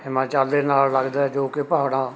ਹਿਮਾਚਲ ਦੇ ਨਾਲ ਲੱਗਦਾ ਜੋ ਕਿ ਪਹਾੜਾਂ